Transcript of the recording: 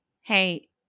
Hey